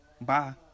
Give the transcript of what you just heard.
Bye